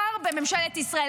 שר בממשלת ישראל.